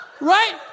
Right